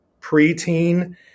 preteen